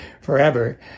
forever